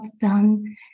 done